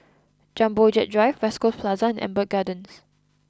Jumbo Jet Drive West Coast Plaza Amber Gardens